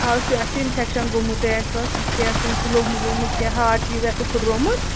آ سُے اَتھ چھُ اِنفیٚکشَن گوٚمُت بیٚیہِ آسوٕ اَتھ کیٚنٛہہ کُنہِ سٍتۍ لوٚگمُت وۄگمُت کیٚنٛہہ ہاڑ چیٖز آسوٕ پُھٹرُومُت